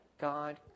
God